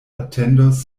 atendos